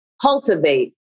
cultivate